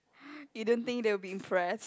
you don't think they'll be impressed